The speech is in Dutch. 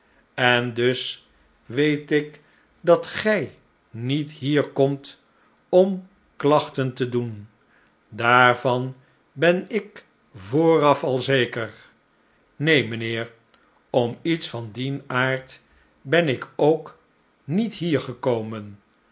en stephen's ongeluk dus weet ik dat gij niet hier komt om klachten te doen daarvan ben ik vooraf alzeker neen mynheer om iets van die'n aard ben ik ook niet hier gekomen